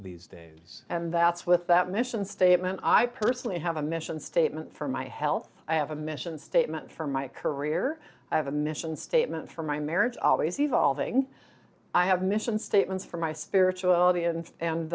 these days and that's with that mission statement i personally have a mission statement for my health i have a mission statement for my career i have a mission statement for my marriage always evolving i have mission statements for my spirituality and